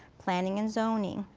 planning and zoning,